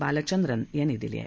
बालचंद्रन यांनी दिली आहे